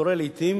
קורה לעתים